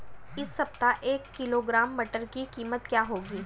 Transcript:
इस सप्ताह एक किलोग्राम मटर की कीमत क्या है?